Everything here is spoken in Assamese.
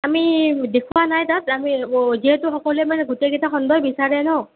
আমি দেখুৱা নাই তাত আমি যিহেতু মানে সকলোৱে গোটেই কেইটা খণ্ডই বিচাৰে ন'